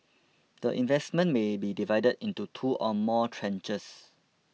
the investment may be divided into two or more tranches